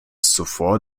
zuvor